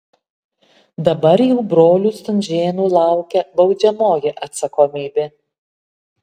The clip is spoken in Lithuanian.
dabar jau brolių stunžėnų laukia baudžiamoji atsakomybė